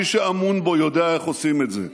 רק מי שאמון עליו יודע איך עושים את זה.